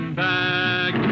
back